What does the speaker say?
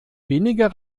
weniger